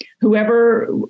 whoever